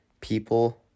people